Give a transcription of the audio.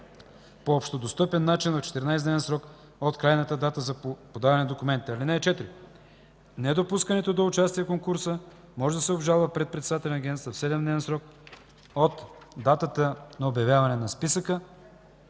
по общодостъпен начин в 14-дневен срок от крайната дата за подаване на документите. (4) Недопускането до участие в конкурса може да се обжалва пред председателя на агенцията в 7-дневен срок от датата на обявяване на списъка.